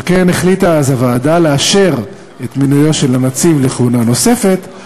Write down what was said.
על כן החליטה אז הוועדה לאשר את מינויו של הנציב לכהונה נוספת,